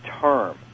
term